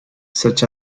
such